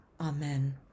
amen